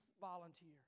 volunteer